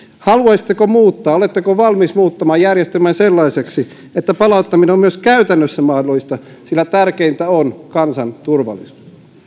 haluaisitteko muuttaa oletteko valmis muuttamaan järjestelmän sellaiseksi että palauttaminen on myös käytännössä mahdollista sillä tärkeintä on kansan turvallisuus